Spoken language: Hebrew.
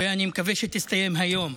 ואני מקווה שהיא תסתיים היום,